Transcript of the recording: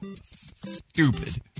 Stupid